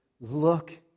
Look